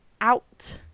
out